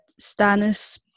Stannis